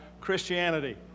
Christianity